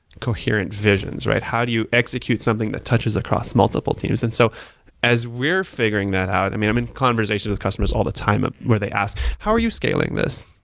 coherent visions? how do you execute something that touches across multiple teams? and so as we're figuring that out i'm in i'm in conversations with customers all the time ah where they ask, how are you scaling this?